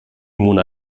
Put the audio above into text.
mona